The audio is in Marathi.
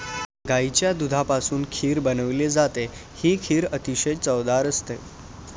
गाईच्या दुधापासून खीर बनवली जाते, ही खीर अतिशय चवदार असते